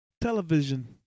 television